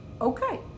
okay